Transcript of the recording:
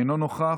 אינו נוכח,